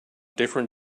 different